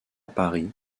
paris